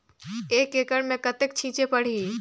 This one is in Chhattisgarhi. एक एकड़ मे कतेक छीचे पड़थे?